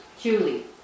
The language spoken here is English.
Julie